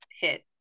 hit